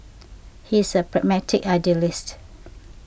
he is a pragmatic idealist